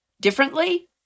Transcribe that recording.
differently